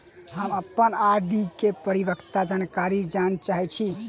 हम अप्पन आर.डी केँ परिपक्वता जानकारी जानऽ चाहै छी